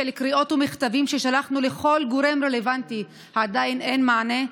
של קריאות ומכתבים ששלחנו לכל גורם רלוונטי עדיין אין מענה?